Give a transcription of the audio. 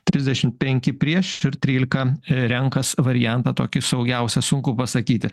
trisdešimt penki prieš ir trylika renkas variantą tokį saugiausią sunku pasakyti